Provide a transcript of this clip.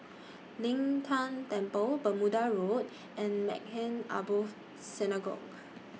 Lin Tan Temple Bermuda Road and Maghain Aboth Synagogue